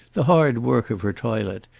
the hard work of her toilet,